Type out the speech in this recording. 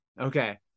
Okay